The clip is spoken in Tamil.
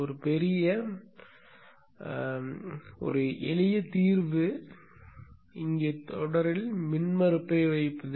ஒரு எளிய தீர்வு இங்கே தொடரில் மின்மறுப்பை வைப்பது